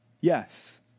Yes